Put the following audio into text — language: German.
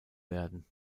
werden